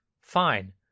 Fine